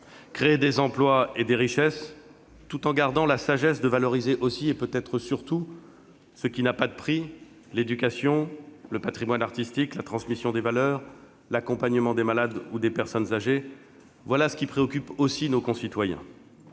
Créer des emplois et des richesses, tout en gardant la sagesse de valoriser aussi, et peut-être surtout, ce qui n'a pas de prix - l'éducation, le patrimoine artistique, la transmission des valeurs, l'accompagnement des malades ou des personnes âgées -, voilà ce qui préoccupe aussi nos concitoyens,